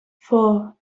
four